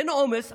אין עומס,